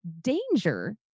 danger